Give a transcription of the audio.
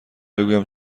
بگویم